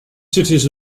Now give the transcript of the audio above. cities